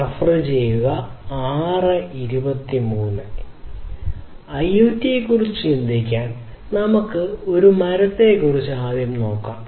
IoT യെക്കുറിച്ച് ചിന്തിക്കാൻ നമുക്ക് ഒരു മരത്തെക്കുറിച്ച് ചിന്തിക്കാം